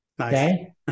Okay